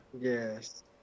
yes